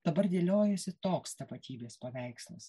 dabar dėliojasi toks tapatybės paveikslas